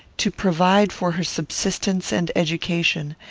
to provide for her subsistence and education,